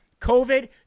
COVID